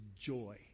joy